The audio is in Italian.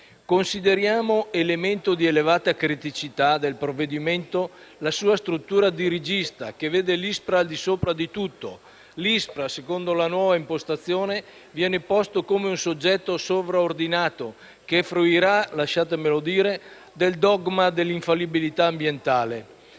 Consideriamo elemento di elevata criticità del provvedimento la sua struttura dirigista, che vede l'ISPRA al di sopra di tutto. L'ISPRA, secondo la nuova impostazione, viene posto come un soggetto sovraordinato che fruirà - lasciatemelo dire - del dogma dell'infallibilità ambientale.